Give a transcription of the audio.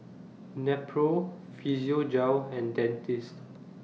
Nepro Physiogel and Dentiste